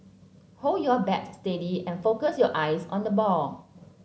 hold your bat steady and focus your eyes on the ball